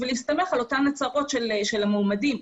ולהסתמך על אותם הצהרות של המועמדים,